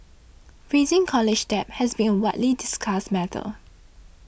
rising college debt has been a widely discussed matter